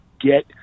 get